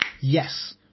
yes